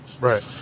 Right